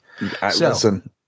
listen